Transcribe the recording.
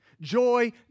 Joy